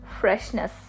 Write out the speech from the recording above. freshness